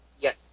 Yes